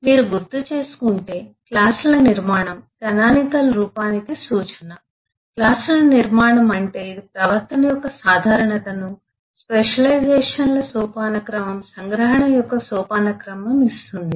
మీరు గుర్తుచేసుకుంటే క్లాసుల నిర్మాణం కానానికల్ రూపానికి సూచన క్లాసుల నిర్మాణం అంటే ఇది ప్రవర్తన యొక్క సాధారణతను స్పెషలైజేషన్ల సోపానక్రమం సంగ్రహణ యొక్క సోపానక్రమం ఇస్తుంది